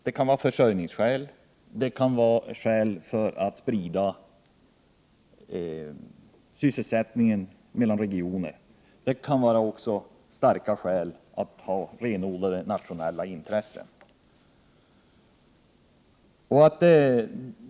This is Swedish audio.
Det kan vara försörjningsskäl, det kan vara skäl att man vill sprida sysselsättningen mellan regioner, och det kan vara starka skäl att beakta renodlade nationella intressen.